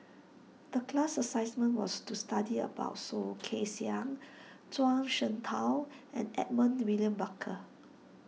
the class assessment was to study about Soh Kay Siang Zhuang Shengtao and Edmund William Barker